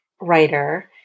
writer